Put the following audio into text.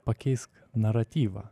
pakeisk naratyvą